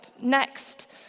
Next